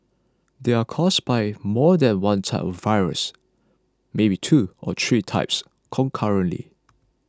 they are caused by more than one type of virus maybe two or three types concurrently